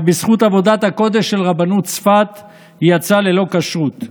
אבל בזכות עבודת הקודש של רבנות צפת היא יצאה ללא כשרות.